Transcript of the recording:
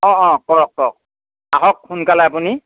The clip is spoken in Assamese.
অঁ অঁ কৰক কৰক আহক সোনকালে আপুনি